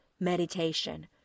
Meditation